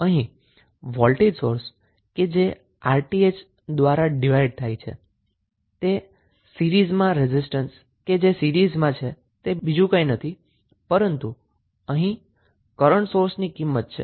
અહીં voltage source 𝑅𝑇ℎ દ્વારા divide થાય છે જે સીરીઝમાં રેઝિસ્ટન્સ છે તે બીજુ કંઈ નથી પરંતુ અહીં કરન્ટ સોર્સની કિંમત છે